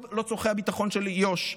לא צורכי הביטחון של יו"ש,